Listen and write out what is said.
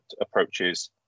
approaches